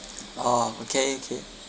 orh okay okay